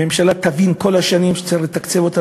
הממשלה תבין שכל השנים צריך לתקצב אותה,